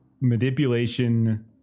manipulation